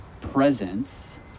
presence